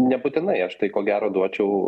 nebūtinai aš tai ko gero duočiau